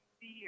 fear